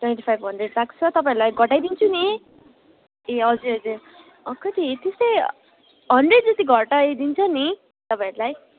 twenty five hundred लाग्छ तपाईँहरूलाई घटाइदिन्छु नि ए हजुर हजुर कति त्यस्तै हन्ड्रेड जति घटाइदिन्छ नि तपाईँहरूलाई